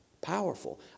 Powerful